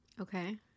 Okay